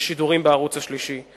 לשידורים בערוץ השלישי.